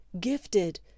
gifted